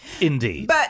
indeed